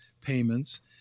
payments